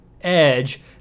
Edge